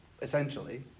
Essentially